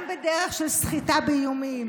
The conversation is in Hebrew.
גם בדרך של סחיטה באיומים,